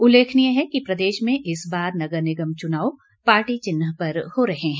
उल्लेखनीय है कि प्रदेश में इस बार नगर निगम चुनाव पार्टी चिन्ह पर हो रहे है